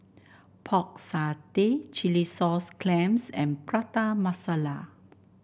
Pork Satay Chilli Sauce Clams and Prata Masala